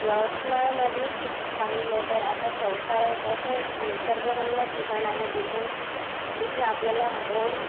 यवतमाळमध्येच पाहिलं तर आता चवसळा एक असं निसर्गरम्य ठिकाण आहे जिथून जिथे आपल्याला मोर